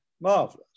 marvelous